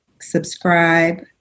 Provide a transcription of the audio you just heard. subscribe